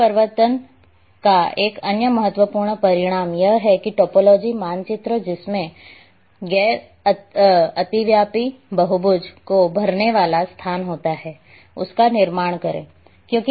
तलीय प्रवर्तन का एक अन्य महत्वपूर्ण परिणाम यह है कि टोपोलॉजी मानचित्र जिसमें गैर अतिव्यापी बहुभुज को भरने वाला स्थान होता है उसका निर्माण करें